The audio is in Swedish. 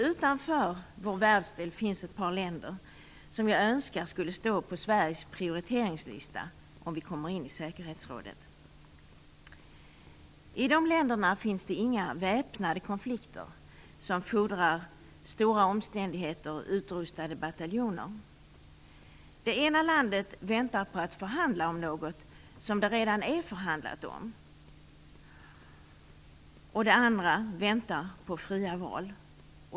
Utanför vår världsdel finns det dock några länder som jag skulle önska stod på Sveriges prioriteringslista, om vi kommer in i säkerhetsrådet. I de här länderna finns det inga väpnade konflikter som fordrar under stora omständigheter utrustade bataljoner. Det första landet väntar på att få förhandla om något som det redan är förhandlat om. Det andra landet väntar på fria val.